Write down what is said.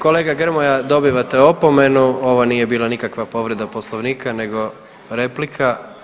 Kolega Grmoja dobivate opomenu ovo nije bila nikakva povreda poslovnika nego replika.